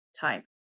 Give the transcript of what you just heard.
time